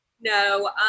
No